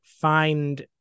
find